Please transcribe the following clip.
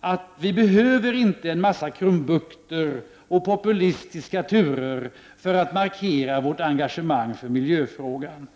att vi inte behöver en massa krumbukter och populistiska turer för att markera vårt engagemang för miljöfrågan.